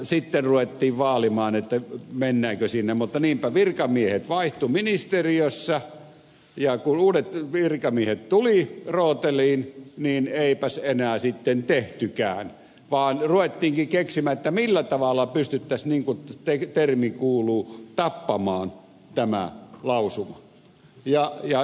sitten ruvettiin vaalimaan mennäänkö sinne mutta niinpä virkamiehet vaihtuivat ministeriössä ja kun uudet virkamiehet tulivat rooteliin niin eipäs enää sitten tehtykään vaan ruvettiinkin keksimään millä tavalla pystyttäisiin niin kuin termi kuuluu tappamaan tämä lausuma